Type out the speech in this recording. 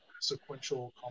sequential